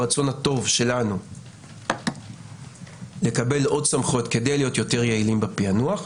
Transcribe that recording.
הרצון הטוב שלנו לקבל עוד סמכויות כדי להיות יותר יעילים בפענוח,